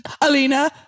Alina